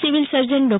civil surgeon Dr